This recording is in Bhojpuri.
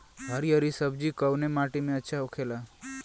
हरी हरी सब्जी कवने माटी में अच्छा होखेला?